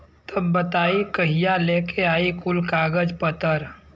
तब बताई कहिया लेके आई कुल कागज पतर?